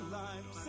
life